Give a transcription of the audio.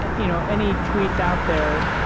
and you know, any tweets out there,